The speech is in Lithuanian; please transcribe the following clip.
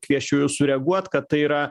kviesčiau jus sureaguot kad tai yra